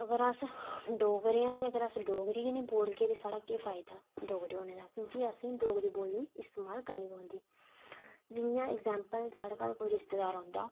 ते अगर अस डोगरे आं ते अस डोगरी निं बोलगे ते साढ़ा केह् फायदा डोगरे होने दा क्योंकि असें गी डोगरी बोलनी इस्तेमाल करनी पौंदी जि'यां अग्जाम्पल साढ़े घर कोई रिश्तेदार औंदा